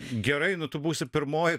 gerai nu tu būsi pirmoji